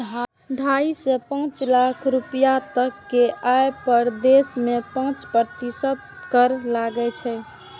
ढाइ सं पांच लाख रुपैया तक के आय पर देश मे पांच प्रतिशत कर लागै छै